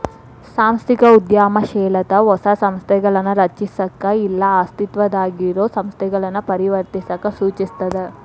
ಸಾಂಸ್ಥಿಕ ಉದ್ಯಮಶೇಲತೆ ಹೊಸ ಸಂಸ್ಥೆಗಳನ್ನ ರಚಿಸಕ ಇಲ್ಲಾ ಅಸ್ತಿತ್ವದಾಗಿರೊ ಸಂಸ್ಥೆಗಳನ್ನ ಪರಿವರ್ತಿಸಕ ಸೂಚಿಸ್ತದ